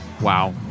Wow